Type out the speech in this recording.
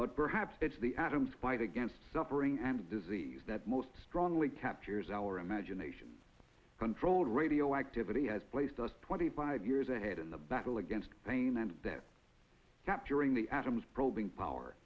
but perhaps it's the adams fight against suffering and disease that most strongly captures our imagination controlled radioactivity has placed us twenty five years ahead in the battle against pain and that capturing the adams probing power